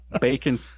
Bacon